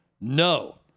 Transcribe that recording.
no